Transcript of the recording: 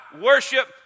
worship